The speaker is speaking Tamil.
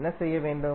என்ன செய்ய வேண்டும்